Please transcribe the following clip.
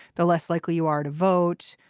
the less likely you are to vote.